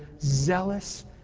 zealous